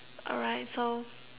alright so